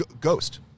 Ghost